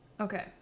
Okay